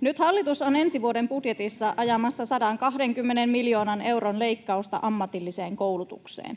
Nyt hallitus on ensi vuoden budjetissa ajamassa 120 miljoonan euron leikkausta ammatilliseen koulutukseen.